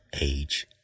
age